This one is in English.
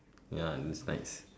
ya is nice